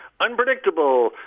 Unpredictable